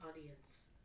audience